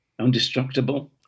undestructible